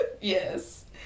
Yes